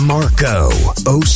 Marco